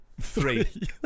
three